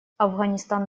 афганистан